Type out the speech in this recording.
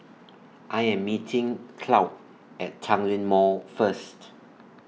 I Am meeting Claud At Tanglin Mall First